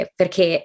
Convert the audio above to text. perché